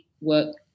work